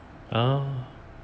oh